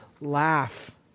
laugh